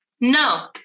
no